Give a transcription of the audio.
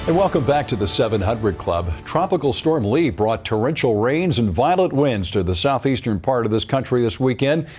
welcome back to the seven hundred club. tropical storm lee brought torrential rains and violent winds to the southeastern part of this country this weekend.